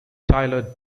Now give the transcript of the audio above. tyler